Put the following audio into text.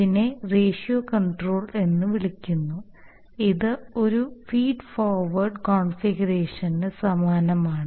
ഇതിനെ ratio control എന്ന് വിളിക്കുന്നു ഇത് ഈ ഫീഡ് ഫോർവേഡ് കോൺഫിഗറേഷന് സമാനമാണ്